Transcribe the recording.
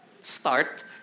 start